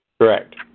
Correct